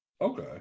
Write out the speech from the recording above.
Okay